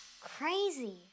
crazy